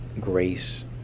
Grace